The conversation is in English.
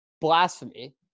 blasphemy